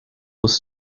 was